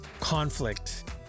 conflict